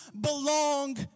belong